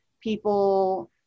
people